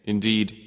Indeed